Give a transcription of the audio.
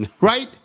right